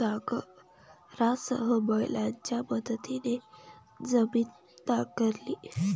नांगरासह बैलांच्या मदतीने जमीन नांगरली